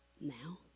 now